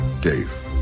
Dave